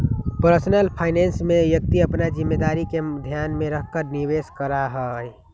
personal finance में व्यक्ति अपन जिम्मेदारी के ध्यान में रखकर निवेश करा हई